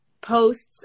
posts